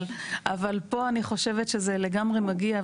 אבל פה אני חושבת שזה לגמרי מגיע.